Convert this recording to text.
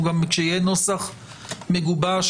כשיהיה נוסח מגובש,